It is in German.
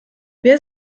wer